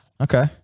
okay